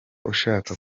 ushaka